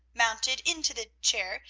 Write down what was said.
mounted into the chair,